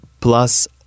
plus